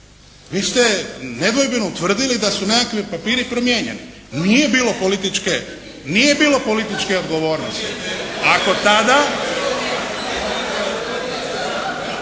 Vi ste nedvojbeno utvrdili da su nekakvi papiri promijenjeni. Nije bilo političke odgovornosti. Ako tada